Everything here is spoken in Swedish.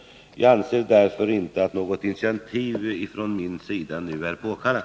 Jag anser därför inte att något initiativ från min sida nu är påkallat.